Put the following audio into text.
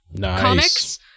comics